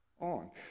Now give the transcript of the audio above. on